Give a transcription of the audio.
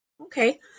Okay